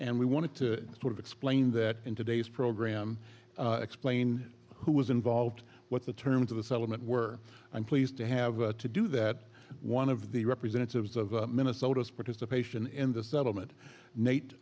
and we wanted to sort of explain that in today's program explain who was involved what the terms of the settlement were i'm pleased to have to do that one of the representatives of minnesota's participation in this settlement nate